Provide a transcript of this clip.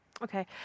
Okay